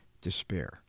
despair